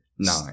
Nine